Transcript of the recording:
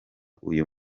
uyu